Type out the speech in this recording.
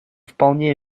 вполне